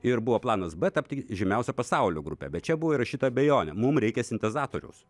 ir buvo planas b tapti žymiausia pasaulio grupe bet čia buvo įrašyta abejonė mum reikia sintezatoriaus